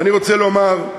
ואני רוצה לומר,